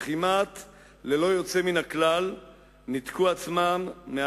וכמעט ללא יוצא מן הכלל ניתקו עצמם כולם